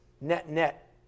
net-net